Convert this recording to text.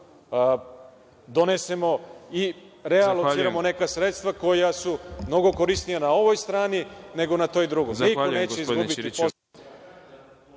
donesemo i realociramo neka sredstva koja su mnogo korisnija na ovoj strani, nego na toj drugoj.